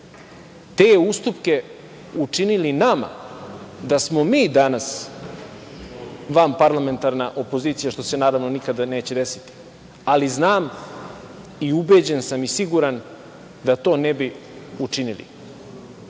te ustupke učinili nama da smo mi danas vanparlamentarna opozicija, što se, naravno, nikada neće desiti, ali znam i ubeđen sam i siguran da to ne bi učinili,